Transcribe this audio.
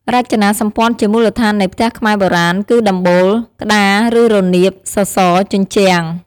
រចនាសម្ព័ន្ធជាមូលដ្ឋាននៃផ្ទះខ្មែរបុរាណ គឺដំបូល, ក្តារឬរនាប, សសរ, ជញ្ជាំង។